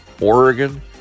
Oregon